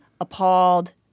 appalled